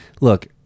look